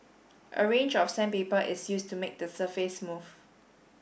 a range of sandpaper is used to make the surface smooth